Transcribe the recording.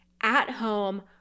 at-home